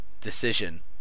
decision